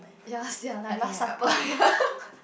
ya sia like last supper